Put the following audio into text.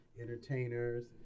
entertainers